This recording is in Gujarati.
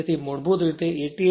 તેથી તે મૂળભૂત રીતે 88